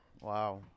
Wow